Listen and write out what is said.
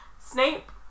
Snape